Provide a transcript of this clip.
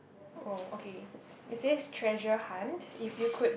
oh okay it says treasure hunt if you could